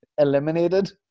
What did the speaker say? eliminated